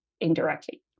indirectly